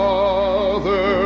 Father